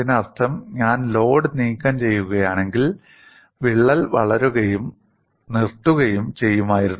അതിനർത്ഥം ഞാൻ ലോഡ് നീക്കംചെയ്യുകയാണെങ്കിൽ വിള്ളൽ വളരുകയും നിർത്തുകയും ചെയ്യുമായിരുന്നു